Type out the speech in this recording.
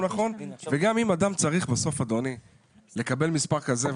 גם אם אדם צריך לקבל מספר כזה,